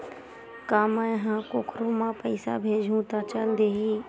का मै ह कोखरो म पईसा भेजहु त चल देही?